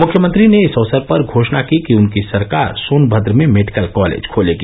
मुख्यमंत्री ने इस अवसर पर घोषणा की कि उनकी सरकार सोनभद्र में मेडिकल कॉलेज खोलेगी